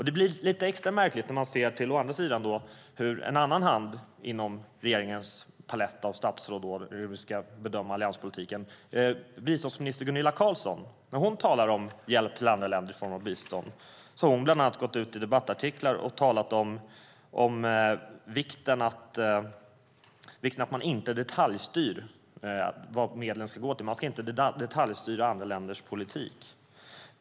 Det blir lite extra märkligt när man ser hur å andra sidan en annan hand inom regeringens palett av statsråd - eller hur vi nu ska bedöma allianspolitiken - biståndsminister Gunilla Carlsson talar om hjälp till andra länder i behov av bistånd. Hon har bland annat i debattartiklar talat om vikten av att man inte detaljstyr vad medlen ska gå till. Man ska inte detaljstyra andra länders politik.